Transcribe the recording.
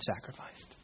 sacrificed